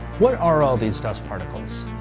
what are all these dust particles?